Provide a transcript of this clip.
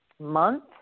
month